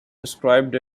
described